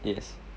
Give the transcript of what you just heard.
yes